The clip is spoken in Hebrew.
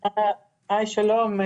שלום.